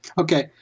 Okay